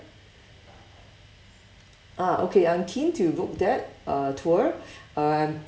ah okay I'm keen to book that uh tour uh and